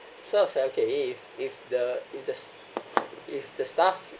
so I was like okay if if the if the if the staff